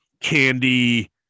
candy